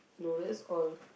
no that's all